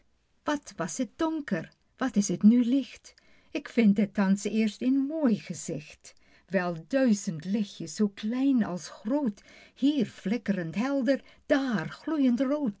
wat was het donker wat is t nu licht ik vind het thans eerst een mooi gezicht wel duizend lichtjes zoo klein als groot hier flikk'rend helder daar gloeiend